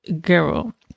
girl